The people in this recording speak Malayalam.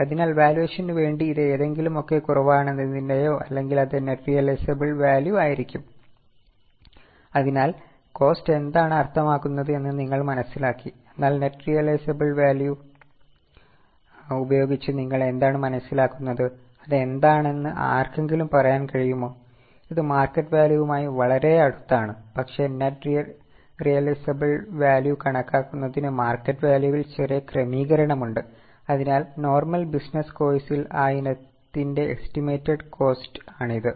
അതിനാൽ വാലുവേഷനു വേണ്ടി ഇത് ഏതെങ്കിലുമൊക്കെ കുറവാണെന്നതിന്റെയോ അല്ലെങ്കിൽ അത് നെറ്റ് റിയലൈസബിൽ വാല്യൂ ആണ് ഇത്